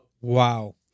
Wow